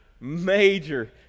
major